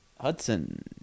Hudson